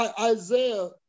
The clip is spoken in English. Isaiah